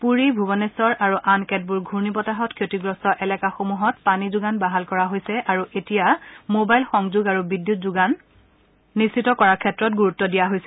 পুৰী ভূৱনেখৰ আৰু আন কেতবোৰ ঘূৰ্ণি বতাহত ক্ষতিগ্ৰস্ত এলেকাসমূহত পানী যোগান বাহাল কৰা হৈছে আৰু এতিয়া মোবাইল সংযোগ আৰু বিদ্যুৎ যোগানৰ বাহাল কৰাৰ ওপৰত গুৰুত্ দিয়া হৈছে